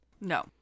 No